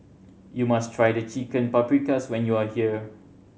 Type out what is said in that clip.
you must try The Chicken Paprikas when you are here